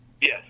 Yes